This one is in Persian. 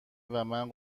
ومن